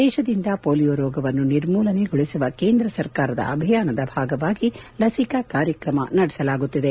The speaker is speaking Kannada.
ದೇಶದಿಂದ ಪೋಲಿಯೋ ರೋಗವನ್ನು ನಿರ್ಮೂಲನೆಗೊಳಿಸುವ ಕೇಂದ್ರ ಸರ್ಕಾರದ ಅಭಿಯಾನದ ಭಾಗವಾಗಿ ಲಸಿಕಾ ಕಾರ್ಯಕ್ರಮ ನಡೆಸಲಾಗುತ್ತಿದೆ